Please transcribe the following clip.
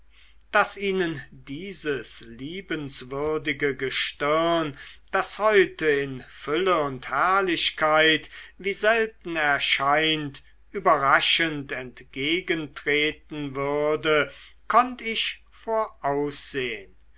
daß ihnen dieses liebenswürdige gestirn das heute in fülle und herrlichkeit wie selten erscheint überraschend entgegentreten würde konnt ich voraussehen